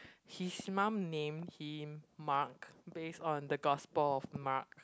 his mum named him Mark based on the gospel of Mark